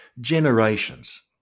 generations